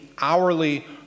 hourly